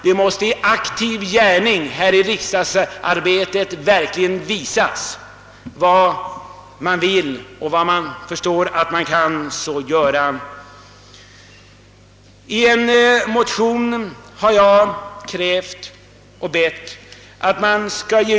Vi måste i aktiv gärning i riksdagsarbetet verkligen visa vad vi vill. För min del önskar jag varje år få till stånd en internationell vecka här i landet med TV och radio inkopplade.